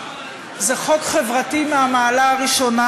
זה חוק חברתי מהמעלה הראשונה.